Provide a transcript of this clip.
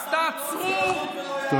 תודה.